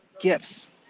gifts